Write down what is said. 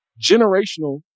generational